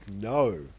No